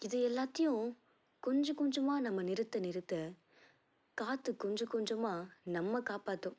இது எல்லாத்தையும் கொஞ்சம் கொஞ்சமாக நம்ம நிறுத்த நிறுத்த காற்று கொஞ்சம் கொஞ்சமாக நம்மை காப்பாற்றும்